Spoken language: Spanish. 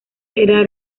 era